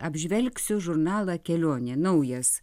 apžvelgsiu žurnalą kelionė naujas